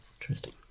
Interesting